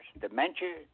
dementia